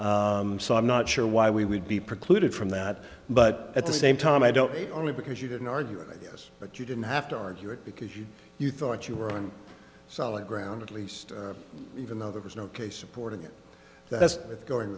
so i'm not sure why we would be precluded from that but at the same time i don't it only because you didn't argue with us but you didn't have to argue it because you you thought you were on solid ground at least even though there was no case supporting it that's going